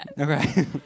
Okay